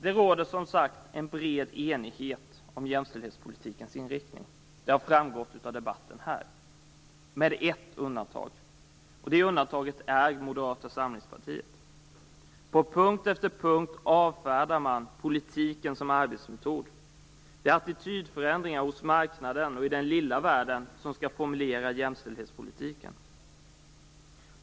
Det råder bred enighet om jämställdhetspolitikens inriktning. Det har ju framgått av debatten här, dock med ett undantag: Moderata samlingspartiet. På punkt efter punkt avfärdar man politiken som arbetsmetod. Det är attitydförändringar hos marknaden och i den lilla världen som skall formulera jämställdhetspolitiken.